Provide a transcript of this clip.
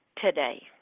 today